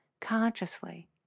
consciously